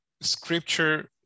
scripture